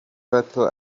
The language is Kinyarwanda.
bato